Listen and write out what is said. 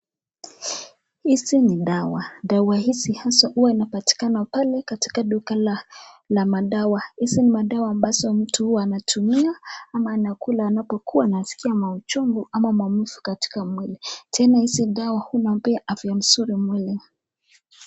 Hizi ni dawa, dawa hizi hasa hua inapatikana katika duka la madawa. Hizi ni madawa ambazo mtu hua anatumia ama anakula anapokua anasikia machungu ama maumivu katika mwili. Tena hizi dawa hua inapea afya mzuri mwili.